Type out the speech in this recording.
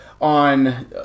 on